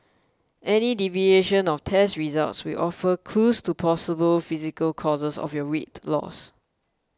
any deviation of test results will offer clues to possible physical causes of your weight loss